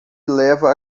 leva